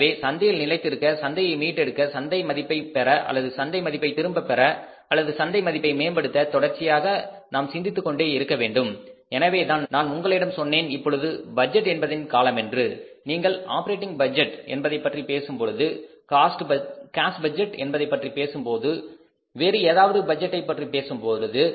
எனவே சந்தையில் நிலைத்திருக்க சந்தையை மீட்டெடுக்க சந்தை மதிப்பை பெற அல்லது சந்தை மதிப்பை திரும்ப பெற அல்லது சந்தை மதிப்பை மேம்படுத்த தொடர்ச்சியாக நாம் சிந்தித்துக் கொண்டே இருக்க வேண்டும் எனவேதான் நான் உங்களிடம் சொன்னேன் இப்பொழுது பட்ஜெட் என்பதின் காலமென்று நீங்கள் ஆப்பரேட்டிங் பட்ஜெட் என்பதைப் பற்றி பேசும்பொழுது காஸ் பட்ஜெட் என்பதை பற்றி பேசும் போது வேறு ஏதாவது பட்ஜெட்டை பற்றி பேசும்பொழுது